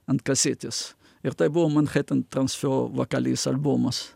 ant kasetės ir tai buvo manhattan transfer vakalis albumas